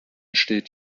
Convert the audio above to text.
steht